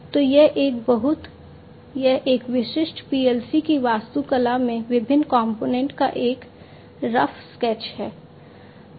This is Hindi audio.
तो यह एक बहुत यह एक विशिष्ट PLC की वास्तुकला में विभिन्न कंपोनेंट का एक रफ स्केच है